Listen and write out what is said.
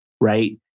right